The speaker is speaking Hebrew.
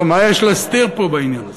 מה יש להסתיר פה בעניין הזה,